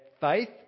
faith